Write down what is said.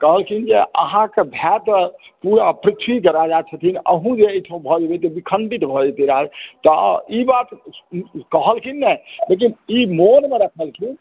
कहलखिन जे अहाॅंके भाय तऽ ओ अपेक्षित राजा छथिन अहूँ जे एहिठाम भऽ जेबै तऽ विखंडित भऽ जेतै राज्य तऽ ई बात कहलखिन नहि लेकिन ई मोनमे रखलखिन